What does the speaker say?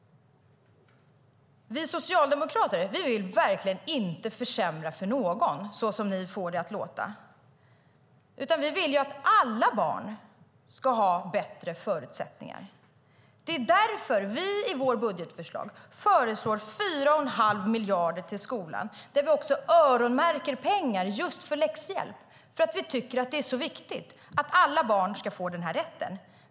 Vi socialdemokrater vill verkligen inte försämra för någon såsom majoriteten får det att låta. Vi vill att alla barn ska ha bättre förutsättningar. Därför har vi i vårt budgetförslag avsatt 4 1⁄2 miljarder till skolan och vi öronmärker pengar för just läxhjälp.